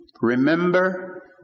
Remember